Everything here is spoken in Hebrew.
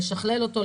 לשכלל אותו,